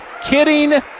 kidding